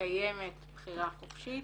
שקיימת בחירה חופשית,